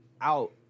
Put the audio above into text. out